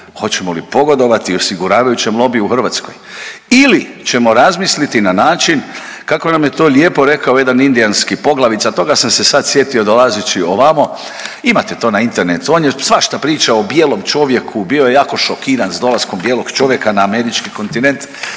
Hoćemo li pogodovati osiguravajućem lobiju u Hrvatskoj ili ćemo razmisliti na način kako nam je to lijepo rekao jedan indijanski poglavica, toga sam se sad sjetio dolazeći ovamo, imate to na internetu on je svašta pričao o bijelom čovjeku, bio je jako šokiran s dolaskom bijelom čovjeka na američki kontinent